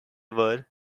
were